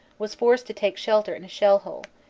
was forced to take shelter in a shell-hole,